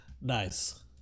Nice